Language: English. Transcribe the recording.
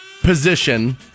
position